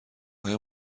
های